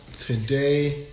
today